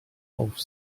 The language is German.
auf